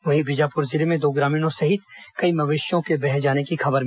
वहीं बीजापुर जिले में दो ग्रामीणों सहित कई मवेशियों के बहने की खबर है